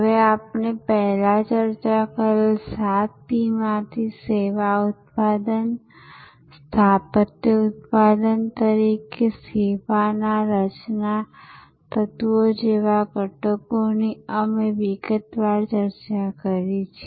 હવે આપણે પહેલાં ચર્ચા કરેલ સાત Pમાંથી સેવા ઉત્પાદન સ્થાપત્ય ઉત્પાદન તરીકે સેવાના રચના તત્વો જેવા ઘટકોની અમે વિગતવાર ચર્ચા કરી છે